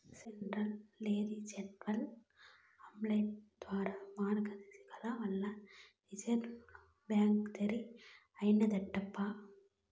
central legislative assembly ద్వారా మార్గదర్శకాల వల్ల రిజర్వు బ్యాంక్ జారీ అయినాదప్పట్ల